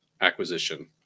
acquisition